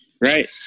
Right